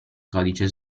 codice